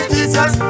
Jesus